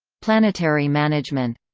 planetary management